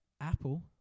Apple